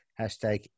hashtag